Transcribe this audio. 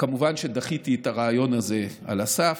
כמובן שדחיתי את הרעיון הזה על הסף.